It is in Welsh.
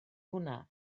hwnna